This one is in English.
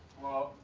well,